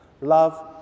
Love